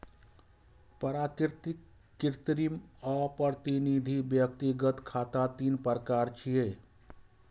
प्राकृतिक, कृत्रिम आ प्रतिनिधि व्यक्तिगत खाता तीन प्रकार छियै